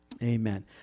Amen